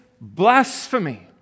blasphemy